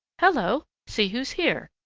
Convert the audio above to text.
hello see who's here!